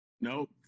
Nope